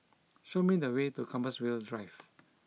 show me the way to Compassvale Drive